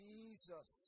Jesus